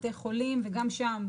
בתי חולים וגם שם,